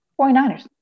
49ers